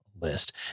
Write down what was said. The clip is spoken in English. List